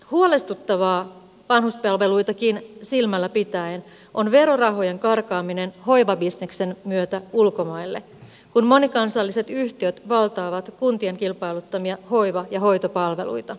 huolestuttavaa vanhuspalveluitakin silmällä pitäen on verorahojen karkaaminen hoivabisneksen myötä ulkomaille kun monikansalliset yhtiöt valtaavat kuntien kilpailuttamia hoiva ja hoitopalveluita